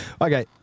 Okay